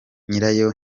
nyirayo